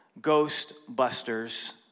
Ghostbusters